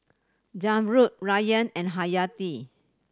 Zamrud Ryan and Hayati